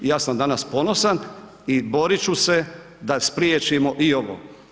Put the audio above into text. I ja sam danas ponosan i borit ću se da spriječimo i ovo.